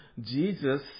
Jesus